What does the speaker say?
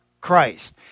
Christ